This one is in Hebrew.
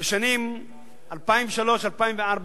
בשנים 2003 2004,